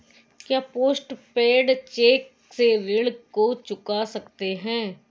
क्या post paid cheque से ऋण को चुका सकते हैं?